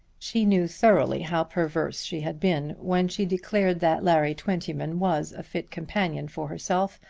she knew thoroughly how perverse she had been when she declared that larry twentyman was a fit companion for herself,